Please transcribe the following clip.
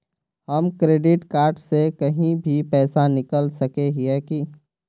हम credit card से कहीं भी पैसा निकल सके हिये की?